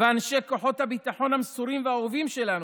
אנשי כוחות הביטחון המסורים והאהובים שלנו,